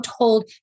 told